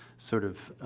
sort of,